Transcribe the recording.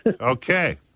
Okay